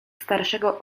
starszego